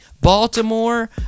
Baltimore